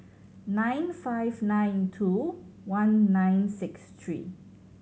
nine five nine two one nine six three